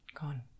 Gone